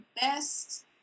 best